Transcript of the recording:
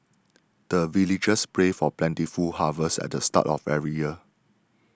the villagers pray for plentiful harvest at the start of every year